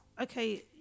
okay